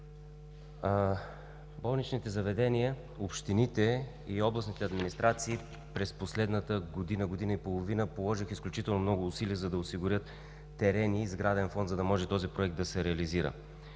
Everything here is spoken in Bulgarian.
Болничните заведения, общините и областните администрации през последната година, година и половина положиха изключително много усилия, за да осигурят терени и сграден фонд, за да може този Проект да се реализира.